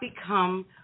become